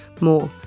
more